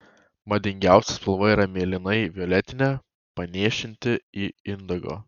madingiausia spalva yra mėlynai violetinė panėšinti į indigo